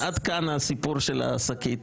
עד כאן הסיפור של השקית.